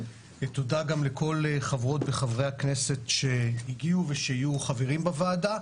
ותודה גם לכל חברות וחברי הכנסת שהגיעו ושיהיו חברים בוועדה,